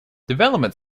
development